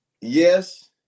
Yes